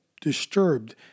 disturbed